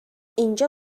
اینجا